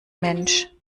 mensch